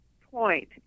point